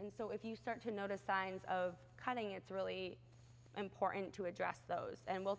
and so if you start to notice signs of cutting it's really important to address those and we'll